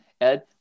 Ed